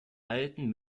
alten